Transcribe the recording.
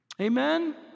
Amen